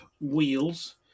wheels